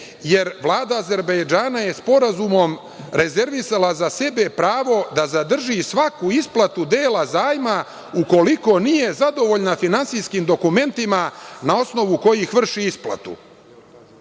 jer Vlada Azerbejdžana je sporazumom rezervisala za sebe pravo da zadrži svaku isplatu dela zajma ukoliko nije zadovoljna finansijskim dokumentima na osnovu kojih vrši isplatu.